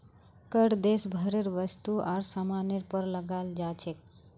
कर देश भरेर वस्तु आर सामानेर पर लगाल जा छेक